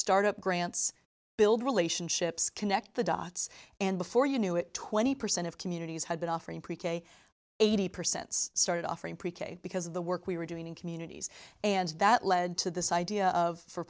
start up grants build relationships connect the dots and before you knew it twenty percent of communities had been offering pre k eighty percent started offering pre k because of the work we were doing in communities and that led to this idea of for